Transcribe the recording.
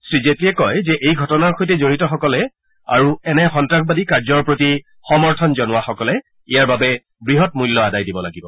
শ্ৰীজেটলিয়ে কয় যে এই ঘটনাৰ সৈতে জড়িতসকলে আৰু এনে সন্তাসবাদী কাৰ্যৰ প্ৰতি সমৰ্থন জনোৱাসকলে ইয়াৰ বাবে বৃহৎ মূল্য আদায় দিব লাগিব